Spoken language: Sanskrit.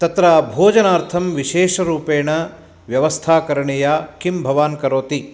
तत्र भोजनार्थं विशेषरूपेण व्यवस्था करणीया किं भवान् करोति